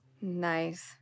nice